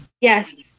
yes